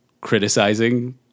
criticizing